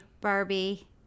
Barbie